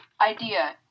Idea